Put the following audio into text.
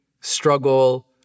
struggle